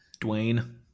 Dwayne